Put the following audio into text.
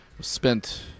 spent